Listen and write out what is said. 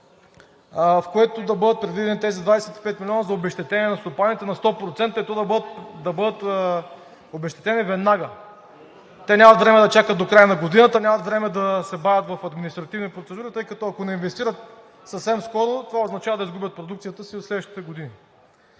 …в което да бъдат предвидени тези 25 милиона за обезщетение на стопаните на 100%, и то да бъдат обезщетени веднага. Те нямат време да чакат до края на годината, нямат време да се бавят в административни процедури, тъй като, ако не инвестират съвсем скоро, това означава да изгубят продукцията си за следващите години.